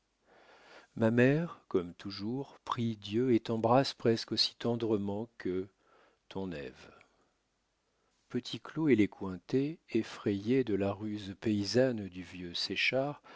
ma mère comme toujours prie dieu et t'embrasse presque aussi tendrement que ton ève petit claud et les cointet effrayés de la ruse paysanne du vieux